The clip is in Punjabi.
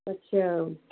ਅੱਛਾ